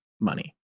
money